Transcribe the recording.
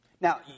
Now